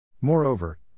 Moreover